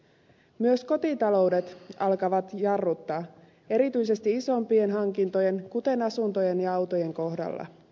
myös kotitaloudet alkavat jarruttaa erityisesti isompien hankintojen kuten asuntojen ja autojen kohdalla